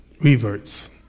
reverts